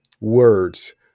words